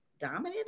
dominant